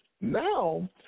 Now